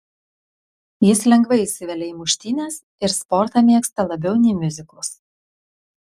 jis lengvai įsivelia į muštynes ir sportą mėgsta labiau nei miuziklus